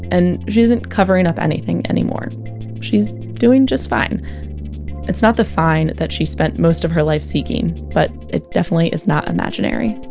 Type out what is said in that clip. and she isn't covering up anything anymore she's doing just fine it's not the fine she spent most of her life seeking, but it definitely is not imaginary